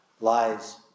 lies